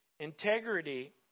Integrity